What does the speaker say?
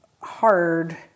hard